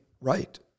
Right